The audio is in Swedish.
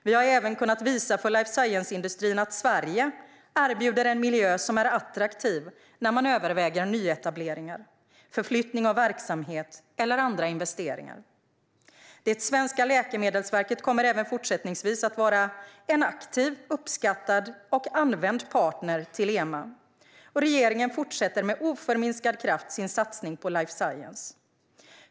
Vi har även kunnat visa för life science-industrin att Sverige erbjuder en miljö som är attraktiv när man överväger nyetableringar, förflyttning av verksamhet eller andra investeringar. Det svenska Läkemedelsverket kommer även fortsättningsvis att vara en aktiv, uppskattad och använd partner till EMA. Regeringen fortsätter med oförminskad kraft sin satsning på life science.